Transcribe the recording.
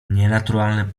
nienaturalne